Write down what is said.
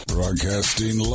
broadcasting